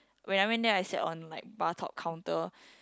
when I went there I sat on like bar top counter